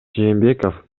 жээнбеков